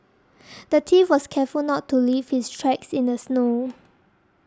the thief was careful not to leave his tracks in the snow